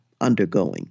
undergoing